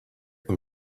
them